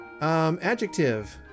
adjective